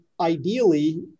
ideally